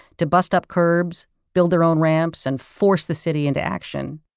to bust up curbs, build their own ramps, and force the city into action.